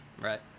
Right